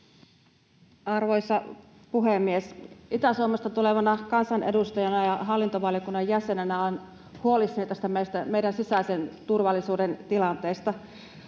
Arvoisa puhemies! Itä-Suomesta tulevana kansanedustajana ja hallintovaliokunnan jäsenenä olen huolissani tästä meidän sisäisen turvallisuutemme tilanteesta.